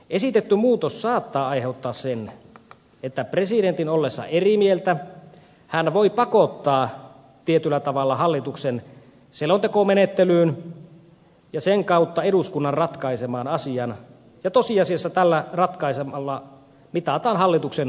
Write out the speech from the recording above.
esitetty muutos saattaa aiheuttaa sen että ollessaan eri mieltä presidentti voi pakottaa tietyllä tavalla hallituksen selontekomenettelyyn ja sen kautta eduskunnan ratkaisemaan asian ja tosiasiassa tällä ratkaisulla mitataan hallituksen luottamus